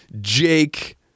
Jake